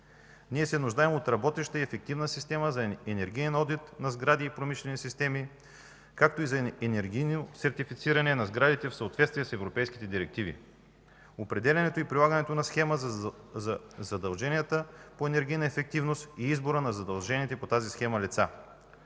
Ние се нуждаем от работеща и ефективна система за енергиен одит на сгради и промишлени системи, както и за енергийно сертифициране на сградите в съответствие с европейските директиви, определянето и прилагането на схема за задълженията по енергийна ефективност и избора на задължените по тази схема лица.